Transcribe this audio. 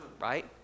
Right